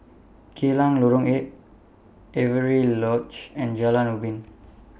Geylang Lorong eight Avery Lodge and Jalan Ubin